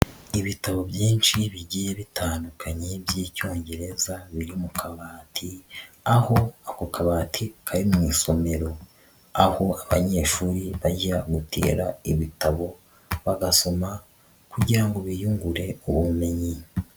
Ibitabo byinshi bigiye bitandukanye by'Icyongereza biri mu kabati, aho ako kabati kari mu isomero, aho abanyeshuri bajya gutira ibitabo bagasoma kugira ngo biyungure ubumenyi.